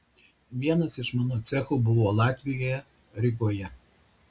vienas iš mano cechų buvo latvijoje rygoje